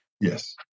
Yes